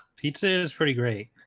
pizza is pretty great